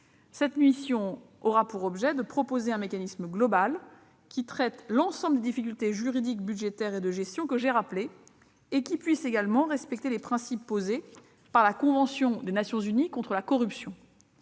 Cette mission aura pour objet de proposer un mécanisme global traitant l'ensemble des difficultés juridiques, budgétaires et de gestion que j'ai rappelées et respectant les principes posés par la convention des Nations unies contre la corruption.